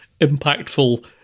impactful